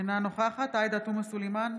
אינה נוכחת עאידה תומא סלימאן,